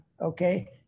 okay